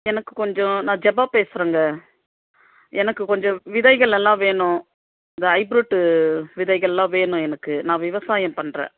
எனக்கு கொஞ்சம் நான் ஜெபா பேசுகிறேங்க எனக்கு கொஞ்சம் விதைகள் எல்லாம் வேணும் இந்த ஹைப்ரூட்டு விதைகள்லாம் வேணும் எனக்கு நான் விவசாயம் பண்ணுறேன்